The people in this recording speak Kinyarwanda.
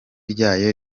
ryayo